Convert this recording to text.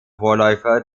vorläufer